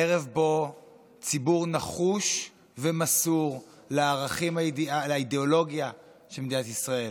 ערב שבו ציבור נחוש ומסור לאידיאולוגיה של מדינת ישראל